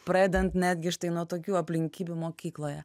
pradedant netgi štai nuo tokių aplinkybių mokykloje